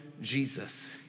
Jesus